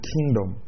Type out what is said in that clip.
Kingdom